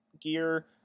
gear